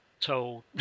told